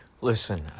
Listen